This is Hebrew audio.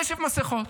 נשף מסכות.